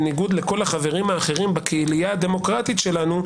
בניגוד לכל החברים האחרים בקהילייה הדמוקרטית שלנו,